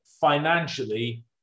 financially